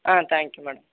ah thank you madam